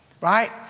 Right